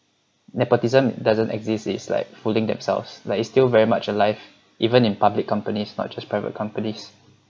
nepotism doesn't exist it's like fooling themselves like it's still very much alive even in public companies not just private companies